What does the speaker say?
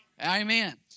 Amen